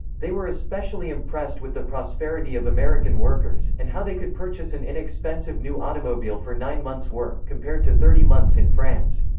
they were especially impressed with the prosperity of american workers, and how they could purchase an inexpensive new automobile for nine months work, compared to thirty months in france.